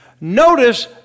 Notice